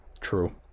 True